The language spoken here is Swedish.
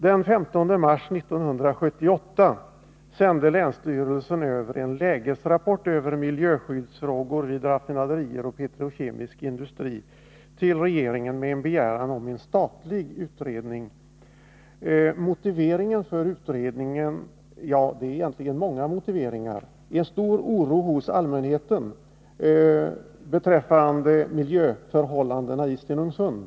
Den 15 mars 1978 översände länsstyrelsen i Göteborgs och Bohus län en lägesrapport över miljöskyddsfrågor vid raffinaderier och petrokemisk industri till regeringen med begäran om en statlig utredning. Det finns egentligen många motiveringar till att en sådan utredning kommer till stånd. Det råder en stor oro hos allmänheten över miljöförhållandena i Stenungsund.